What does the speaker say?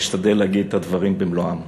אבל אשתדל להגיד את הדברים במלואם.